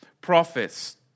prophets